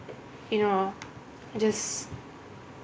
you know just